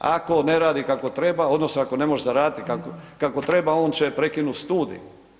Ako ne radi kako treba odnosno ako ne možeš zaraditi kako treba on će prekinut studij.